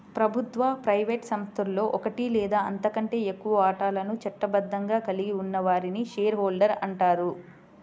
ప్రభుత్వ, ప్రైవేట్ సంస్థలో ఒకటి లేదా అంతకంటే ఎక్కువ వాటాలను చట్టబద్ధంగా కలిగి ఉన్న వారిని షేర్ హోల్డర్ అంటారు